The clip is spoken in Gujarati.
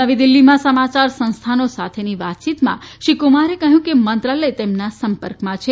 નવી દિલ્ફીમાં સમાચાર સંસ્થાનો સાથેની વાતચીતમાં શ્રી કુમારે કહ્યુંકે મંત્રાલય તેમના સંપર્કમાં છે